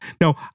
Now